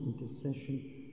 intercession